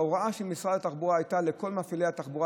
ההוראה של משרד התחבורה לכל מפעילי התחבורה